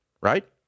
right